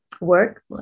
work